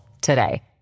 today